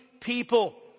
People